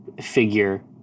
figure